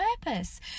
purpose